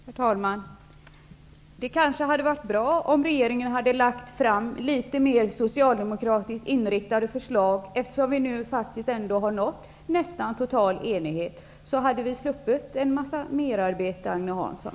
Herr talman! Det kanske hade varit bra om regeringen hade lagt fram litet mer socialdemokratiskt inriktade förslag, eftersom vi nu faktiskt ändå har nått total enighet. Då hade vi sluppit en massa merarbete, Agne Hansson.